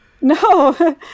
No